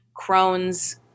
Crohn's